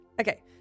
Okay